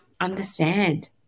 understand